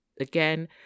again